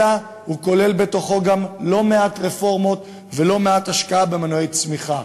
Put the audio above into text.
אלא הוא כולל בתוכו גם לא מעט רפורמות ולא מעט השקעה במנועי צמיחה.